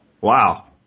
wow